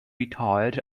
retired